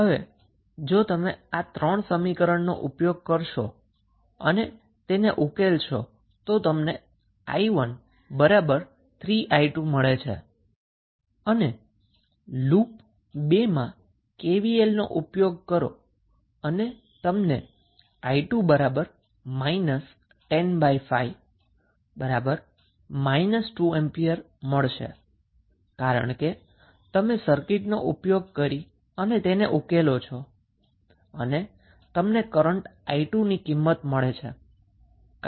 હવે જો તમે આ ત્રણ સમીકરણનો ઉપયોગ કરશો અને તેને ઉકેલશો તો તમને 𝑖13𝑖2 મળે છે અને લુપ 2 માં KVL નો ઉપયોગ કરીને તમને i2 105 2A મળશે કારણ કે તમે સર્કિટનો ઉપયોગ કરીને તેને ઉકેલો છો અને તમને કરન્ટ 𝑖2 ની વેલ્યુ મળે છે